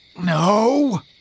No